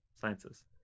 sciences